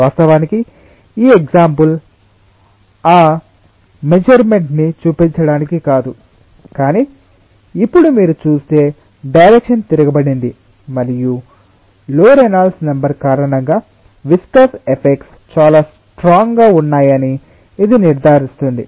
వాస్తవానికి ఈ ఎగ్సాంపుల్ ఆ మెజర్మెంట్ ని చూపించడానికి కాదు కానీ ఇప్పుడు మీరు చూస్తే డైరెక్షణ్ తిరగబడింది మరియు లో రేనాల్డ్స్ నెంబర్ కారణంగా విస్కస్ ఎఫెక్ట్స్ చాలా స్ట్రాంగ్ గా ఉన్నాయని ఇది నిర్ధారిస్తుంది